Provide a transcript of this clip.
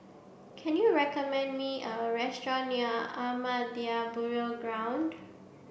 can you recommend me a restaurant near Ahmadiyya Burial Ground